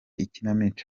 ikinamico